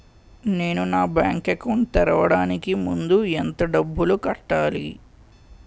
నేను నా bank account తెరవడానికి ముందు ఎంత డబ్బులు కట్టాలి?